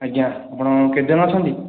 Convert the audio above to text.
ଆଜ୍ଞା ଆପଣ କେତେ ଜଣ ଅଛନ୍ତି